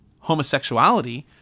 homosexuality